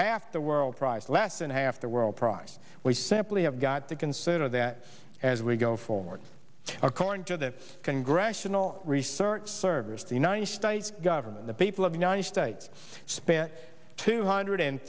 half the world price less than half the world price we simply have got to consider that as we go forward according to the congressional research service the united states government the people of the united states spent two hundred